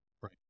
Right